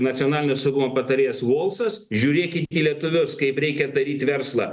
nacionalinio saugumo patarėjas volsas žiūrėkit į lietuvius kaip reikia daryt verslą